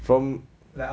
from